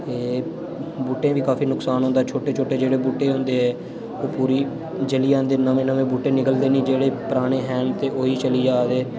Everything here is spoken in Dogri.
ते बूह्टें बी काफी नुकसान होंदा छोटे छोटे जेह्डे़ बूहटे होंदे ओह् पूरी जली जंदे ते नमें नमें बूह्टे निकलदे नी जेह्डे़ पराने हैन ते ओही चली जा दे